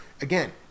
Again